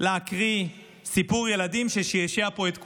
להקריא סיפור ילדים ששעשע פה את כולם.